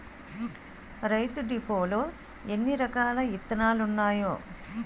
రైతు డిపోలో ఎన్నిరకాల ఇత్తనాలున్నాయో